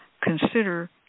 consider